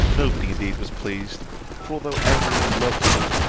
nobody indeed was pleased for although every one loved me,